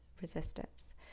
resistance